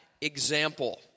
example